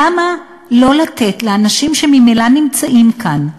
למה לא לתת לאנשים שממילא נמצאים כאן,